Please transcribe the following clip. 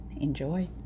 Enjoy